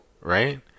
right